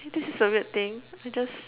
okay this is a weird thing I just